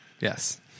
Yes